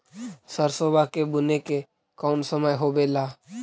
सरसोबा के बुने के कौन समय होबे ला?